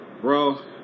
Bro